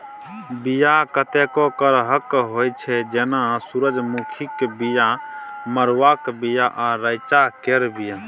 बीया कतेको करहक होइ छै जेना सुरजमुखीक बीया, मरुआक बीया आ रैंचा केर बीया